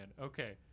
okay